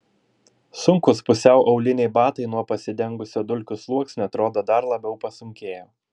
sunkūs pusiau auliniai batai nuo pasidengusio dulkių sluoksnio atrodo dar labiau pasunkėjo